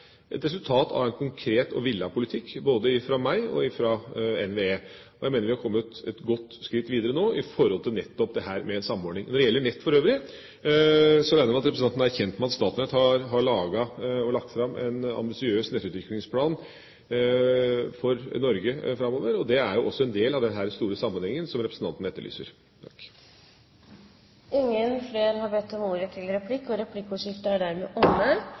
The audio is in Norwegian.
et resultat av en konkret og villet politikk, både fra meg og fra NVE. Jeg mener vi er kommet et godt skritt videre nå, nettopp når det gjelder dette med en samordning. Når det gjelder nett for øvrig, regner jeg med at representanten er kjent med at Statnett har laget og lagt fram en ambisiøs nettutviklingsplan for Norge framover. Det er også en del av denne store sammenhengen som representanten etterlyser. Replikkordskiftet er omme. De talere som heretter får ordet, har en taletid på inntil 3 minutter. Siste replikant fikk meg til